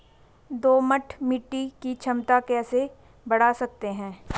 दोमट मिट्टी की क्षमता कैसे बड़ा सकते हैं?